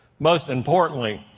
most importantly,